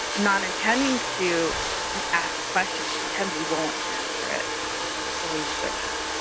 not intending to ask the question, sometimes you won't answer it the way you wished.